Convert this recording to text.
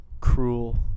Cruel